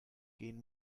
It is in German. gehen